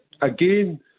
again